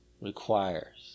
requires